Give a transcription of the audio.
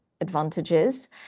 advantages